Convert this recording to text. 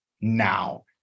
now